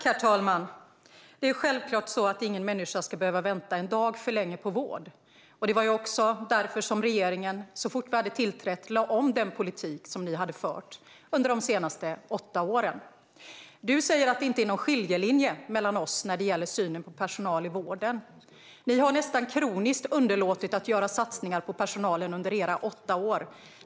Herr talman! Självklart ska ingen människa behöva vänta en dag för länge på vård. Det var också därför som regeringen, så fort vi hade tillträtt, lade om den politik som ni hade fört under de senaste åtta åren. Du säger att det inte är någon skiljelinje mellan oss när det gäller synen på personal i vården, Camilla Waltersson Grönvall. Ni underlät nästan kroniskt att göra satsningar på personalen under era åtta år vid makten.